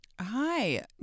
hi